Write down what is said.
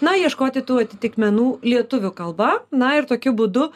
na ieškoti tų atitikmenų lietuvių kalba na ir tokiu būdu